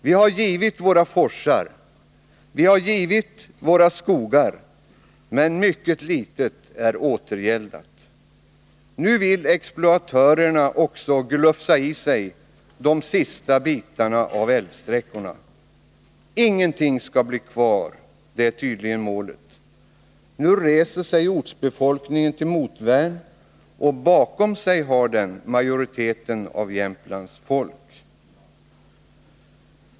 Vi har givit våra forsar, vi har givit våra skogar, men mycket litet är återgäldat. Nu vill exploatörerna också ”glufsa i sig” de sista bitarna av älvsträckorna. Ingenting skall bli kvar — det är tydligen målet. Nu reser sig ortsbefolkningen till motvärn, och bakom sig har den majoriteten av Jämtlands folk.